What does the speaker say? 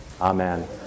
Amen